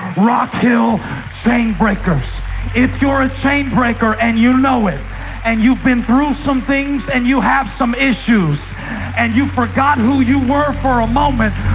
rock hill same breakers if you're a chain breaker, and you know it and you've been through some things and you have some issues and you forgot who you were for a moment,